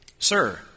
Sir